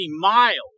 miles